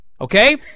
okay